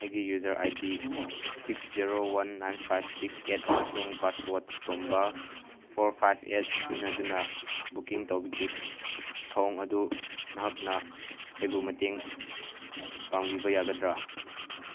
ꯑꯩꯒꯤ user I D six zero one nine five six eight ꯑꯃꯁꯨꯡ password ꯇꯣꯝꯕ four five eight ꯁꯤꯖꯤꯟꯅꯗꯨꯅ booking ꯇꯧꯕꯒꯤ ꯊꯧꯑꯣꯡ ꯑꯗꯨ ꯅꯍꯥꯛꯅ ꯑꯩꯕꯨ ꯃꯇꯦꯡ ꯄꯥꯡꯕꯤꯕ ꯌꯥꯒꯗ꯭ꯔꯥ